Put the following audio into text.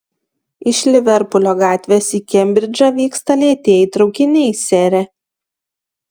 iš liverpulio gatvės į kembridžą vyksta lėtieji traukiniai sere